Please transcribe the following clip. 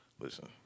Listen